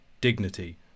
dignity